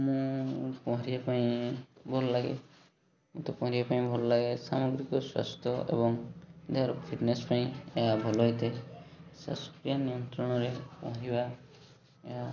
ମୁଁ ପହଁରିବା ପାଇଁ ଭଲ ଲାଗେ ମୋତେ ପହଁରିବା ପାଇଁ ଭଲ ଲାଗେ ସାମଗ୍ରିକ ସ୍ୱାସ୍ଥ୍ୟ ଏବଂ ଦେହର ଫିଟନେସ୍ ପାଇଁ ଏହା ଭଲ ହୋଇଥାଏ ଶ୍ୱାସକ୍ରିୟା ନିୟନ୍ତ୍ରଣରେ ପହଁରିବା ଏହା